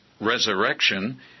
resurrection